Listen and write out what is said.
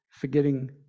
forgetting